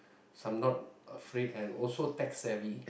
cause I'm not afraid and tech savvy